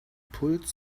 pulled